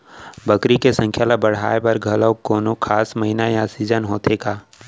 बकरी के संख्या ला बढ़ाए बर घलव कोनो खास महीना या सीजन होथे का?